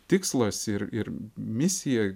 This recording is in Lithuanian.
tikslas ir ir misija